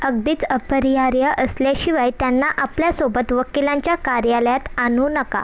अगदीच अपरिहार्य असल्याशिवाय त्यांना आपल्यासोबत वकीलांच्या कार्यालयात आणू नका